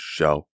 Show